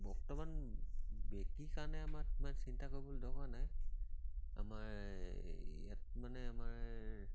বৰ্তমান বিক্ৰী কাৰণে আমাৰ চিন্তা কৰিবলৈ দৰকাৰ নাই আমাৰ ইয়াত মানে আমাৰ